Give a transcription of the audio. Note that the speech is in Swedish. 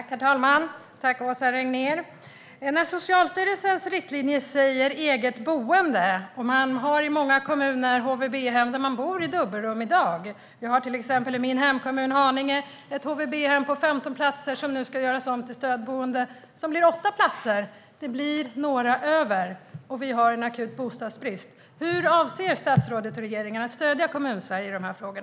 Herr talman! Tack, Åsa Regnér! Socialstyrelsens riktlinje säger eget boende, och i många kommuner finns HVB-hem där man i dag bor i dubbelrum. I min hemkommun Haninge finns till exempel ett HVB-hem med 15 platser, som nu ska göras om till stödboende med 8 platser. Det blir några över, och vi har en akut bostadsbrist. Hur avser statsrådet och regeringen att stödja Kommunsverige i dessa frågor?